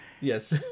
Yes